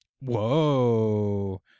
Whoa